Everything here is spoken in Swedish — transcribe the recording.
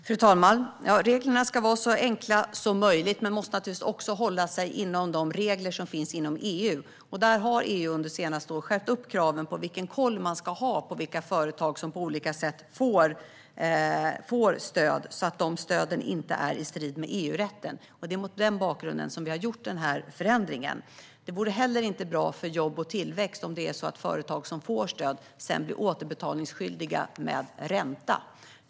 Fru talman! Reglerna ska vara så enkla som möjligt men måste naturligtvis hålla sig inom de regler som finns inom EU. EU har under det senaste året skärpt kraven på den kontroll man ska ha på de företag som på olika sätt får stöd, så att stöden inte är i strid med EU-rätten. Det är mot denna bakgrund som vi har gjort förändringen. Det vore heller inte bra för jobb och tillväxt om företag som får stöd sedan blir återbetalningsskyldiga med ränta.